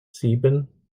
sieben